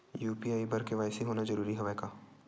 UPI बर KYC होना जरूरी हवय का?